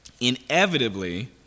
Inevitably